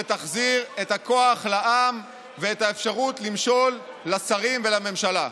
שתחזיר את הכוח לעם ואת האפשרות למשול לשרים ולממשלה.